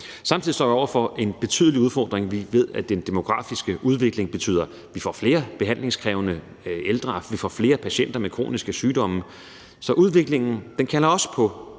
Samtidig står vi over for en betydelig udfordring. Vi ved, at den demografiske udvikling betyder, at vi får flere behandlingskrævende ældre og vi får flere patienter med kroniske sygdomme. Så udviklingen kalder også på